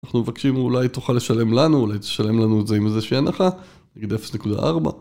אנחנו מבקשים אולי תוכל לשלם לנו, אולי תשלם לנו את זה עם איזושהי הנחה נגיד 0.4